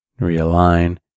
realign